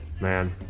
Man